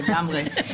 לגמרי.